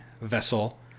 vessel